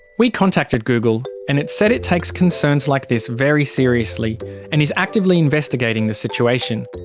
we contacted google, and it said it takes concerns like this very seriously and is actively investigating the situation.